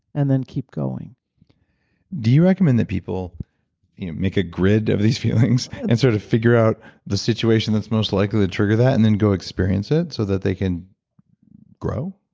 and then keep going do you recommend that people make a grid of these feelings and sort of figure out the situation that's most likely to trigger that and then go experience it so that they can grow?